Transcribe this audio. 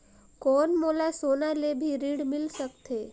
कौन मोला सोना ले भी ऋण मिल सकथे?